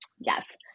Yes